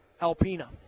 Alpina